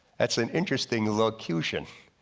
that's an interesting elocution,